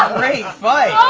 um great fight!